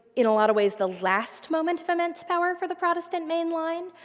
in a lot of ways, the last moment of immense power for the protestant main line.